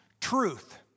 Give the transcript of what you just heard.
truth